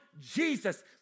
Jesus